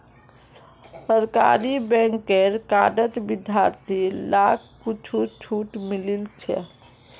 सरकारी बैंकेर कार्डत विद्यार्थि लाक कुछु छूट मिलील छ